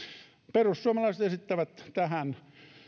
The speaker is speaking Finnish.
perussuomalaiset esittävät tähän